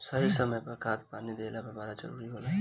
सही समय पर खाद पानी देहल बड़ा जरूरी होला